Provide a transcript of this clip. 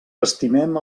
estimem